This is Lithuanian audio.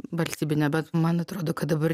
valstybine bet man atrodo kad dabar